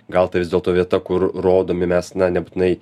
gal tai vis dėlto vieta kur rodomi mes na nebūtinai